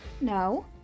No